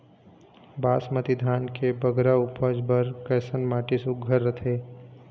बासमती धान के बगरा उपज बर कैसन माटी सुघ्घर रथे?